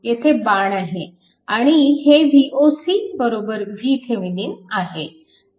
येथे बाण आहे आणि हे Voc VThevenin आहे